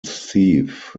thief